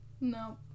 No